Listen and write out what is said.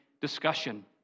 discussion